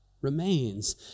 remains